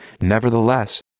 Nevertheless